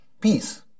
peace